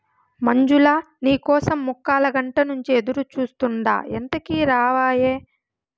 మంజులా, నీ కోసం ముక్కాలగంట నుంచి ఎదురుచూస్తాండా ఎంతకీ రావాయే